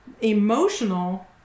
emotional